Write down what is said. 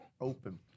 Open